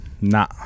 Nah